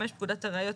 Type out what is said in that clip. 5. פקודת הראיות,